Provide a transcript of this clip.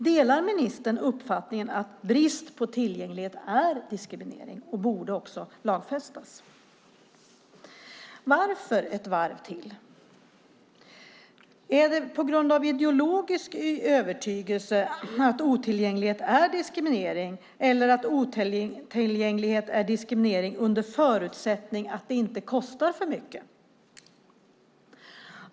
Delar ministern uppfattningen att brist på tillgänglighet är diskriminering och att detta borde lagfästas? Varför ett varv till? Är det på grund av ideologisk övertygelse om att otillgänglighet är diskriminering eller att otillgänglighet är diskriminering under förutsättning att det inte kostar för mycket?